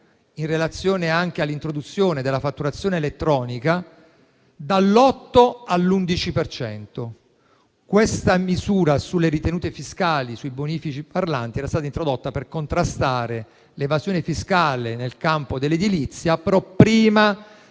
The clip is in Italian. in relazione anche all’introduzione della fatturazione elettronica, dall’8 all’11 per cento. Questa misura sulle ritenute fiscali e sui bonifici parlanti era stata introdotta per contrastare l’evasione fiscale nel campo dell’edilizia prima